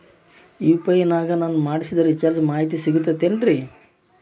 UPI ನಾಗ ನಾನು ಮಾಡಿಸಿದ ರಿಚಾರ್ಜ್ ಮಾಹಿತಿ ಸಿಗುತೈತೇನ್ರಿ?